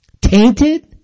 tainted